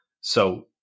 So-